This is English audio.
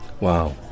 Wow